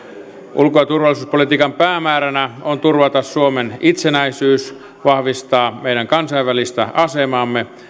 ulko ja turvallisuuspolitiikan päämääränä on turvata suomen itsenäisyys vahvistaa meidän kansainvälistä asemaamme